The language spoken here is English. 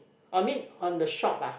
or mean on the shop ah